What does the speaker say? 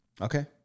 Okay